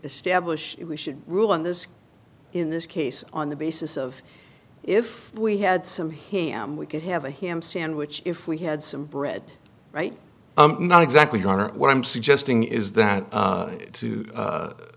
establish should rule on this in this case on the basis of if we had some him we could have a ham sandwich if we had some bread right i'm not exactly going to what i'm suggesting is that to to